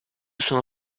sono